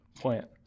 plant